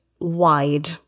wide